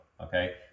Okay